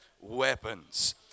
weapons